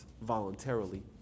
voluntarily